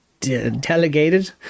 delegated